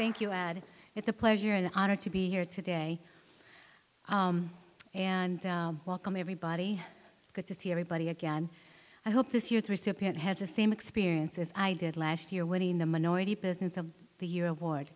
thank you add it's a pleasure and honor to be here today and welcome everybody good to see everybody again i hope this year's recipient has the same experience as i did last year when in the minority business of the year award